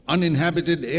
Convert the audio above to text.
Uninhabited